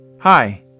Hi